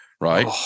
right